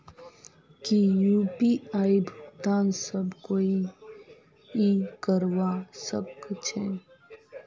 की यु.पी.आई भुगतान सब कोई ई करवा सकछै?